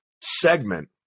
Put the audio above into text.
segment